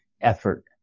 effort